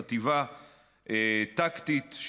חטיבה טקטית,